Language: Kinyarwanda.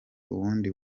ubundi